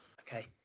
Okay